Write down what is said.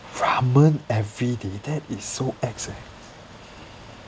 ramen everyday that is so ex eh